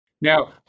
Now